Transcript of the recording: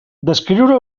descriure